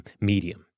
medium